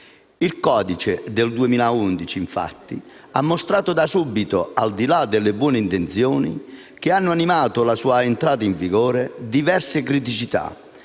Il codice del 2011, infatti, ha mostrato da subito, al di là delle buone intenzioni che hanno animato la sua entrata in vigore, diverse criticità.